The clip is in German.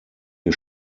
die